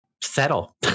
Settle